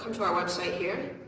to our website here